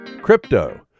crypto